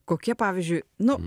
kokie pavyzdžiui nu